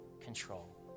control